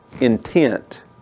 intent